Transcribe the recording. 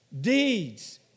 deeds